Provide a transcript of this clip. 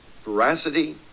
veracity